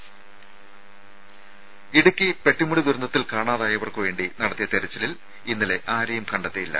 ദേദ ഇടുക്കി പെട്ടിമുടി ദുരന്തത്തിൽ കാണാതായവർക്കായി നടത്തിയ തെരച്ചിലിൽ ഇന്നലെ ആരെയും കണ്ടെത്തിയില്ല